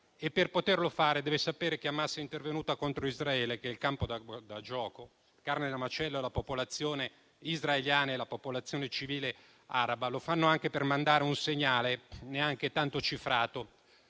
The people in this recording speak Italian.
Per poterlo fare, deve sapere che Hamas è intervenuta contro Israele, che è il campo da gioco, mentre carne da macello è la popolazione israeliana e la popolazione civile araba. Lo fa anche per mandare un segnale, neanche tanto cifrato,